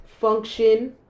function